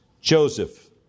Joseph